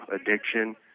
addiction